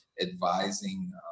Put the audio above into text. advising